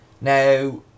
Now